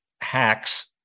hacks